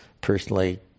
personally